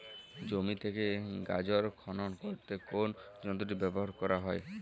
জমি থেকে গাজর খনন করতে কোন যন্ত্রটি ব্যবহার করা হয়?